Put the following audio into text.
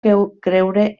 creure